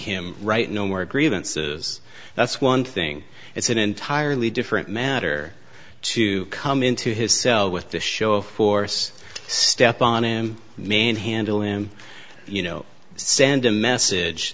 him right no more grievances that's one thing it's an entirely different matter to come into his cell with the show force step on him man handle him you know send a message